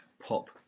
Pop